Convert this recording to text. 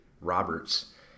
Roberts